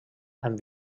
amb